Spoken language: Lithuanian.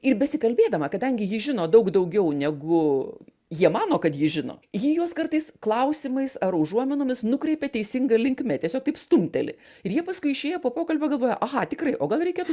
ir besikalbėdama kadangi ji žino daug daugiau negu jie mano kad ji žino ji juos kartais klausimais ar užuominomis nukreipia teisinga linkme tiesiog taip stumteli ir jie paskui išėję po pokalbio galvoja aha tikrai o gal reikėtų